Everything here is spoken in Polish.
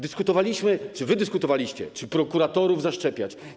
Dyskutowaliśmy, czy wy dyskutowaliście, czy prokuratorów zaszczepić.